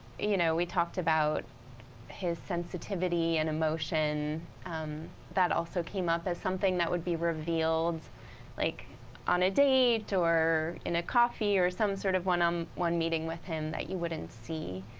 you know we talked about his sensitivity and emotion that also came up as something that would be revealed like on a date or in a coffee or some sort of one um one meeting with him that you wouldn't see.